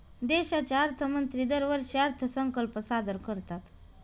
देशाचे अर्थमंत्री दरवर्षी अर्थसंकल्प सादर करतात